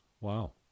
Wow